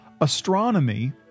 astronomy